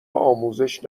آموزش